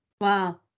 Wow